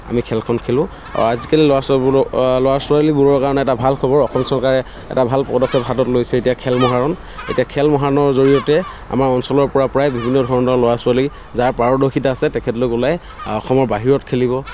আমি খেলখন খেলোঁ আৰু আজিকালি ল'ৰা ছোৱালীবোৰৰ ল'ৰা ছোৱালীবোৰৰ কাৰণে এটা ভাল খবৰ অসম চৰকাৰে এটা ভাল পদক্ষেপ হাতত লৈছে এতিয়া খেল মহাৰণ এতিয়া খেল মহাৰণৰ জৰিয়তে আমাৰ অঞ্চলৰ পৰা প্ৰায় বিভিন্ন ধৰণৰ ল'ৰা ছোৱালী যাৰ পাৰদৰ্শিতা আছে তেখেতলোক ওলাই অসমৰ বাহিৰত খেলিব